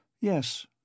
Yes